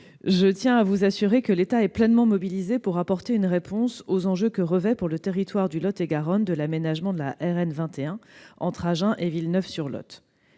Je tiens à vous assurer que l'État est pleinement mobilisé pour apporter une réponse aux enjeux que revêt, pour le territoire du Lot-et-Garonne, l'aménagement de la RN 21 entre Agen et Villeneuve-sur-Lot.